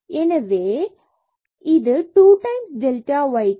எனவே இது 2 times delta y cube